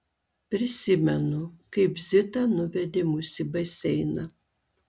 prisimenu kaip zita nuvedė mus į baseiną